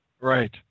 Right